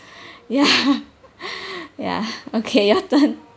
ya ya okay your turn